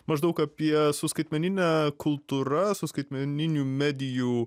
maždaug apie su skaitmenine kultūra su skaitmeninių medijų